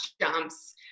jumps